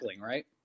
right